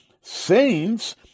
saints